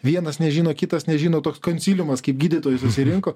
vienas nežino kitas nežino toks konsiliumas kaip gydytojų susirinko